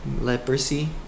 Leprosy